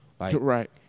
Right